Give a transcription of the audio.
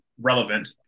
relevant